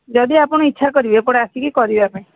ଯଦି ଆପଣ ଇଚ୍ଛା କରିବେ ଏପଟେ ଆସିକି କରିବା ପାଇଁ